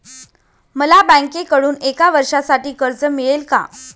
मला बँकेकडून एका वर्षासाठी कर्ज मिळेल का?